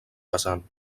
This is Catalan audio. pesant